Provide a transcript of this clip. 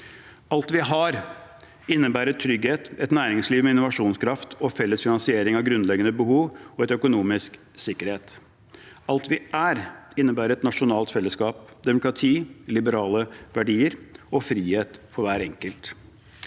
alt vi har, og det innebærer trygghet, et næringsliv med innovasjonskraft, felles finansiering av grunnleggende behov og økonomisk sikkerhet. Og det er alt vi er, og det innebærer et nasjonalt fellesskap, demokrati, liberale verdier og frihet for hver enkelt.